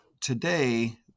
today